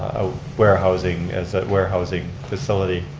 warehousing as a warehousing facility.